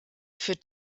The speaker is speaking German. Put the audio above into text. für